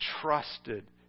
trusted